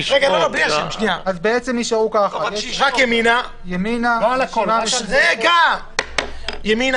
למעשה נותרו ההסתייגויות של ימינה, הרשימה